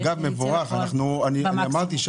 זה